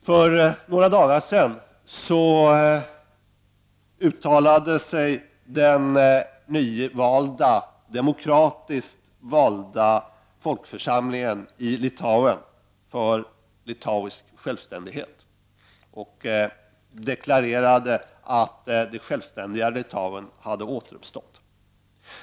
För några dagar sedan uttalade sig den nya demokratiskt valda folkförsamlingen i Litauen för Litauens självständighet och deklarerade att det självständiga Litauen hade återuppstått.